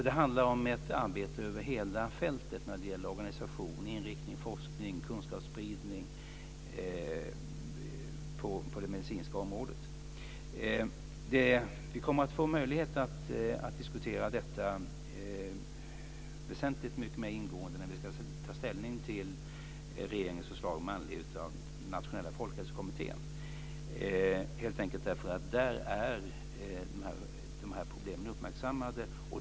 Det handlar om ett arbete över hela fältet när det gäller organisation, inriktning, forskning och kunskapsspridning på det medicinska området. Vi kommer att få möjlighet att diskutera detta väsentligt mer ingående när vi ska ta ställning till regeringens förslag med anledning av Nationella folkhälsokommitténs rapport. Där är problemen uppmärksammade.